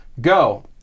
Go